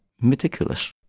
meticulous